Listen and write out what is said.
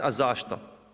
A zašto?